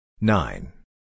Nine